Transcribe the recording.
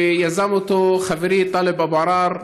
שיזם חברי טלב אבו עראר,